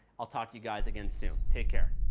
i'll talk to you guys again soon. take care.